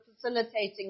facilitating